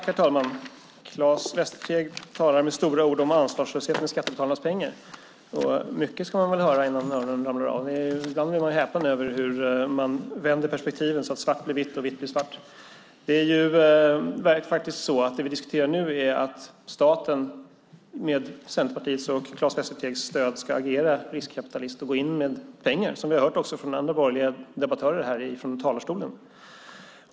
Herr talman! Claes Västerteg talar med stora ord om ansvarslöshet med skattebetalarnas pengar. Mycket ska man höra innan öronen ramlar av. Ibland blir man häpen över hur man vänder perspektiven så att svart blir vitt och vitt blir svart. Det vi nu diskuterar är att staten med Centerpartiets och Claes Västertegs stöd ska agera riskkapitalist och gå in med pengar, som vi också har hört från andra borgerliga debattörer här från talarstolen.